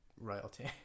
royalty